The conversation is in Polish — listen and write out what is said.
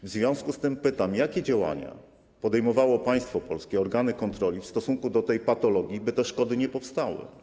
W związku z tym pytam, jakie działania podejmowało państwo polskie, organy kontroli w stosunku do tej patologii, by te szkody nie powstały.